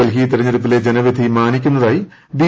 ഡൽഹി തെരഞ്ഞെടുപ്പിലെ ജനവിധി മാനിക്കുന്നതായി ബി